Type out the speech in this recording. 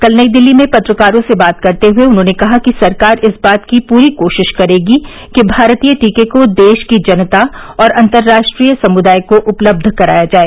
कल नई दिल्ली में पत्रकारों से बात करते हुए उन्होंने कहा कि सरकार इस बात की पूरी कोशिश करेगी कि भारतीय टीके को देश की जनता और अंतर्राष्ट्रीय समुदाय को उपलब्ध कराया जाए